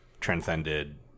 transcended